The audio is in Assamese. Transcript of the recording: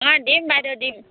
অঁ দিম বাইদেউ দিম